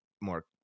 more